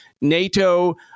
NATO